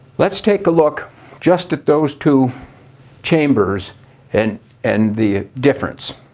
let's take a look just at those two chambers and and the difference.